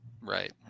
right